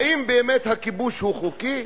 האם הכיבוש באמת חוקי?